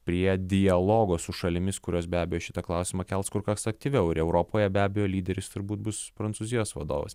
prie dialogo su šalimis kurios be abejo šitą klausimą kels kur kas aktyviau ir europoje be abejo lyderis turbūt bus prancūzijos vadovas